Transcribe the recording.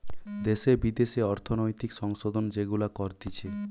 দ্যাশে বিদ্যাশে অর্থনৈতিক সংশোধন যেগুলা করতিছে